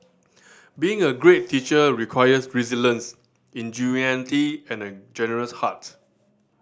being a great teacher requires resilience ingenuity and a generous heart